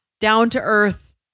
down-to-earth